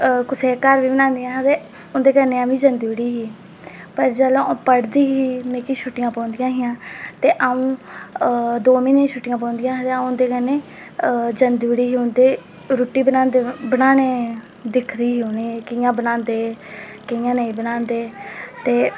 ते कुसै दे घर बी बनांदियां हियां ते उं'दे कन्नै अमीं जंदी उठी ही पर जेल्लै अ'ऊं पढ़दी ही मिगी छुट्टियां पौंदियां हियां ते अ'ऊं दो म्हीनें दियां छुट्टियां पौंदियां हियां ते अ'ऊं उं'दे कन्नै जंदी उठी ही ते दिखदी ही कि'यां बनांदे हे ते कि'यां नेईं बनांदे ते